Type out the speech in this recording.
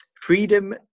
freedom